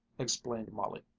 explained molly.